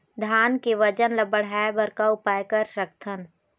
धान के वजन ला बढ़ाएं बर का उपाय कर सकथन?